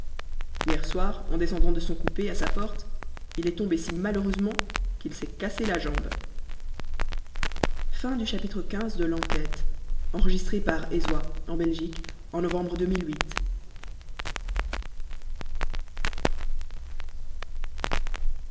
hier soir en descendant de son coupé à sa porte il est tombé si malheureusement qu'il s'est cassé la jambe